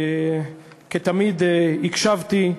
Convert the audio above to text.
כתמיד הקשבתי,